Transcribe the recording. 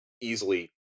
easily